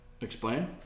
Explain